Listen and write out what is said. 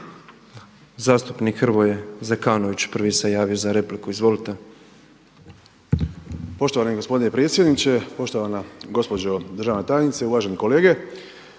Zastupnik Hrvoje Zekanović prvi se javio za repliku. Izvolite.